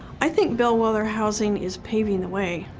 i think bellwether housing is paving the way.